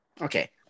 Okay